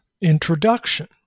introduction